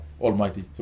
Almighty